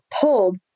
pulled